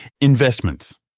Investments